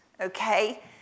okay